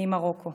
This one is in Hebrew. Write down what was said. ממרוקו,